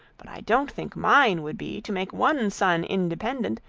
but i don't think mine would be, to make one son independent,